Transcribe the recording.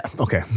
Okay